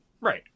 Right